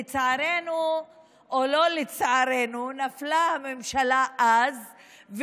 לצערנו או לא לצערנו נפלה הממשלה אז,